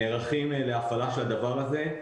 נערכים להפעלה של הדבר הזה.